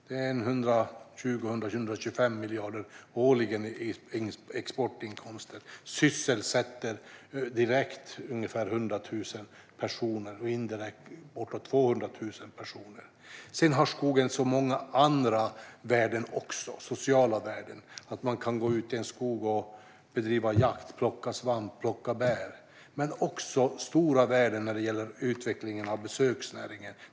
Den inbringar 120-125 miljarder årligen i exportinkomster, och den sysselsätter direkt ungefär 100 000 personer och indirekt bortåt 200 000 personer. Skogen har också många andra värden. Den har sociala värden. Man kan gå ut i en skog och bedriva jakt, plocka svamp och plocka bär. Den har också stora värden när det gäller utvecklingen av besöksnäringen.